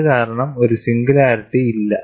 അതു കാരണം ഒരു സിംഗുലാരിറ്റി ഇല്ല